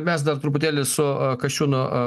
mes dar truputėlį su kasčiūnu